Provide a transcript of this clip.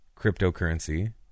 cryptocurrency